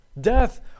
Death